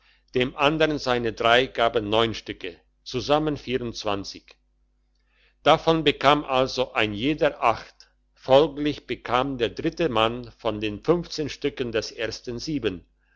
dem andern seine gaben stücke zusammen davon bekam also ein jeder folglich bekam der dritte mann von den stücken des ersten